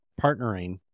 partnering